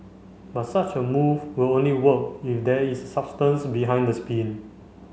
but such a move will only work if there is substance behind the spin